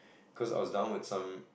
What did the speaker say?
cause I was down with some